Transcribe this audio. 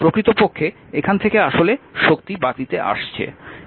প্রকৃতপক্ষে এখান থেকে আসলে শক্তি বাতিতে আসছে